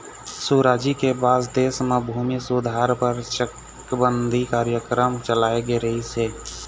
सुराजी के बाद देश म भूमि सुधार बर चकबंदी कार्यकरम चलाए गे रहिस हे